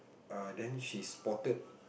err then she spotted